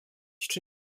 czy